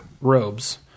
robes